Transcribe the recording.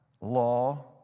law